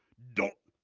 don't,